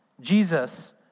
Jesus